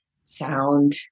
sound